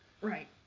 Right